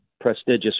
prestigious